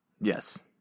Yes